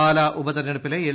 പാല ഉപതെരഞ്ഞെടുപ്പിലെ എൽ